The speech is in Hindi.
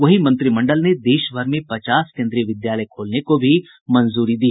वहीं मंत्रिमंडल ने देश भर में पचास केन्द्रीय विद्यालय खोलने को भी मंजूरी दी